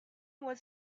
was